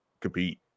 compete